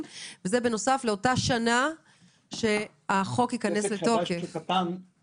וזה בנוסף לאותה שנה שהחוק ייכנס לתוקף.